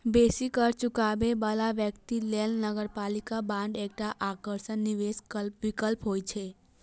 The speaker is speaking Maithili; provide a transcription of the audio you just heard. बेसी कर चुकाबै बला व्यक्ति लेल नगरपालिका बांड एकटा आकर्षक निवेश विकल्प होइ छै